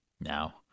Now